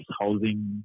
housing